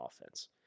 offense